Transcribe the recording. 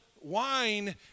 wine